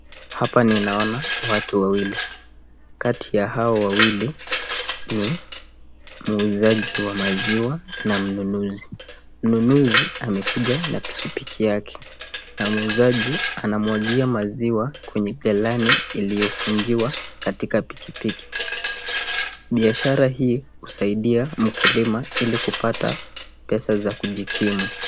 Hapa ninaona watu wawili, kati ya hawa wawili ni muuzaji wa maziwa na mnunuzi. Mnunuzi amekuja na pikipiki yake, na muuzaji anamwagia maziwa kwenye galani iliyofungiwa katika pikipiki . Biashara hii husaidia mkulima ili kupata pesa za kujikimu.